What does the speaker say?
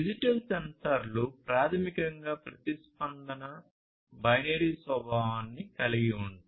digital సెన్సార్లు ప్రాథమికంగా ప్రతిస్పందన బైనరీ స్వభావాన్ని కలిగి ఉంటాయి